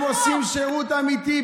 אלה עושים את השירות האמיתי,